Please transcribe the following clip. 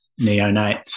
neonates